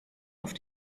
auf